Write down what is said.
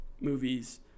movies